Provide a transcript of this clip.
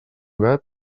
gat